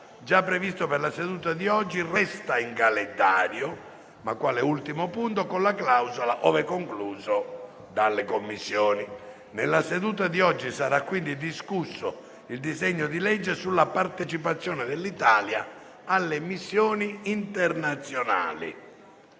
assistita, già previsto per la seduta di oggi, resta in calendario ma quale ultimo punto, con la clausola «ove concluso dalle Commissioni». Nella seduta di oggi sarà quindi discusso il disegno di legge sulla partecipazione dell'Italia alle missioni internazionali.